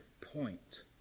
point